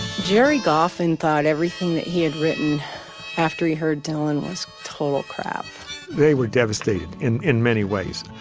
gerry goffin thought everything he had written after he heard dylan was total crap they were devastated in in many ways.